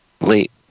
late